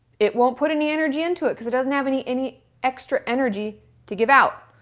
it won't put any energy into it because it doesn't have any any extra energy to give out.